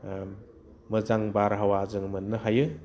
मोजां बारहावा जों मोननो हायो